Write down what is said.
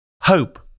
hope